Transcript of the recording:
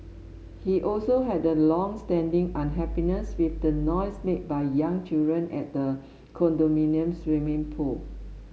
he also had a long standing unhappiness with the noise made by young children at the condominium's swimming pool